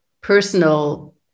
personal